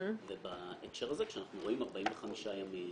ובהקשר הזה כשאנחנו רואים 45 ימים,